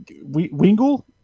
Wingle